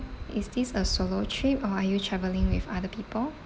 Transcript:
is this a solo trip or are you travelling with other people